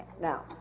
Now